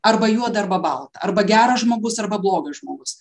arba juoda arba balta arba geras žmogus arba blogas žmogus